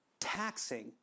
taxing